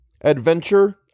Adventure